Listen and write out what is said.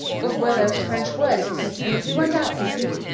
what were those french words he said to me as he went out, lizzy?